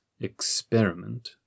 experiment